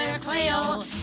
Cleo